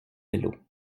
vélo